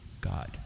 God